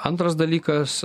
antras dalykas